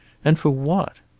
and for what?